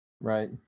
right